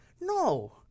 No